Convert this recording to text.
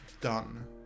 done